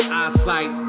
eyesight